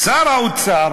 שר האוצר,